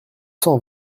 cent